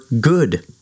good